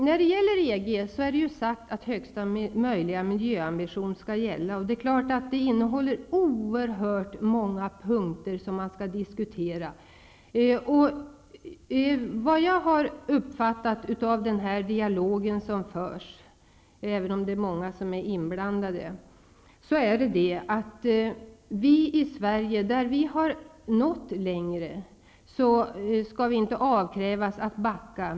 När det gäller EG är det sagt att högsta möjliga miljöambition skall gälla. Och det är klart att det är oerhört många punkter som skall diskuteras. Vad jag har uppfattat av den dialog som förs, även om det är många som är inblandade, är att på de områden där vi i Sverige har nått längre än EG länderna, skall vi inte avkrävas att backa.